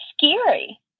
scary